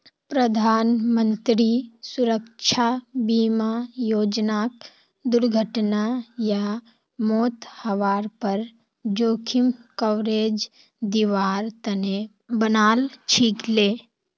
प्रधानमंत्री सुरक्षा बीमा योजनाक दुर्घटना या मौत हवार पर जोखिम कवरेज दिवार तने बनाल छीले